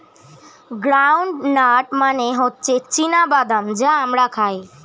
ground nut মানে হচ্ছে চীনা বাদাম যা আমরা খাই